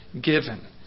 given